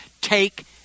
Take